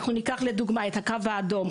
אנחנו ניקח לדוגמה את הקו האדום,